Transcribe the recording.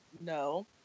No